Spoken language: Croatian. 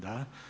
Da.